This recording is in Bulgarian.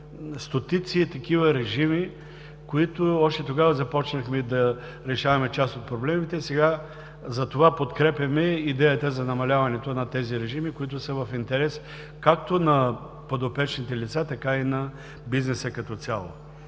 стотици такива режими, с които още тогава започнахме да решаваме част от проблемите. Сега затова подкрепяме идеята за намаляването на тези режими, които са в интерес както на подопечните лица, така и на бизнеса като цяло.